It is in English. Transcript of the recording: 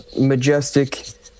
majestic